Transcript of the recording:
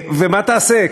ומה תעשה?